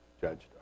judged